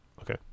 Okay